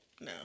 No